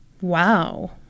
Wow